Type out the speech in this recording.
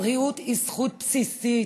הבריאות היא זכות בסיסית.